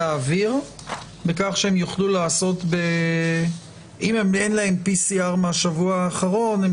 האוויר בכך שאם אין להם PCR מהשבוע האחרון,